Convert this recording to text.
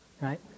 right